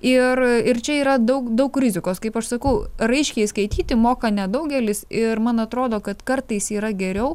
ir ir čia yra daug daug rizikos kaip aš sakau raiškiai skaityti moka nedaugelis ir man atrodo kad kartais yra geriau